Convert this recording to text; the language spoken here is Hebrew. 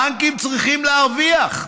הבנקים צריכים להרוויח,